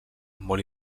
molt